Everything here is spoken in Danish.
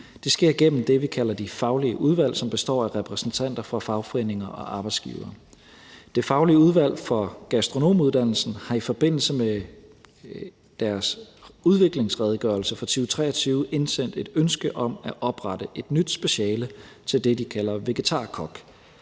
Det sker gennem det, vi kalder de faglige udvalg, som består af repræsentanter for fagforeninger og arbejdsgivere. Det faglige Udvalg for Gastronomuddannelsen har i forbindelse med deres udviklingsredegørelse for 2023 indsendt et ønske om at oprette et nyt speciale, der uddanner til det, de kalder vegetarkok.